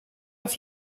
auf